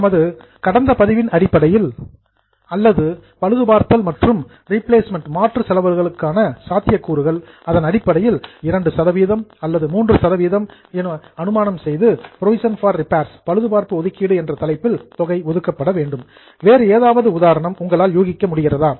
நமது கடந்த பதிவின் அடிப்படையில் அல்லது பழுது பார்த்தல் மற்றும் ரீப்ளேஸ்மெண்ட் மாற்று செலவுக்கான சாத்தியக்கூறுகள் அதன் அடிப்படையில் 2 சதவீதம் அல்லது 3 சதவீதம் என அனுமானம் செய்து புரோவிஷன் பார் ரிப்பேர்ஸ் பழுதுபார்ப்பு ஒதுக்கீடு என்ற தலைப்பில் தொகை ஒதுக்கப்பட வேண்டும் வேறு ஏதாவது உதாரணம் உங்களால் யூகிக்க முடிகிறதா